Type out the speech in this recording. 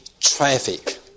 traffic